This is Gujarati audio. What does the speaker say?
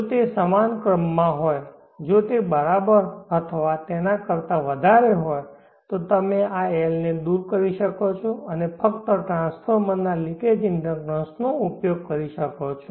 જો તે સમાન ક્રમમાં હોય જો તે બરાબર અથવા તેના કરતા વધારે હોય તો તમે આ L ને દૂર કરી શકો છો અને ફક્ત ટ્રાન્સફોર્મરના લિકેજ ઇન્ડક્ટન્સનો ઉપયોગ કરી શકો છો